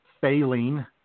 failing